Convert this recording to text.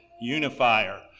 unifier